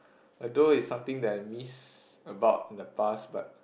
although it's something that I miss about the past but